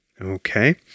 Okay